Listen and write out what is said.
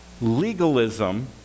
Legalism